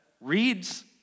reads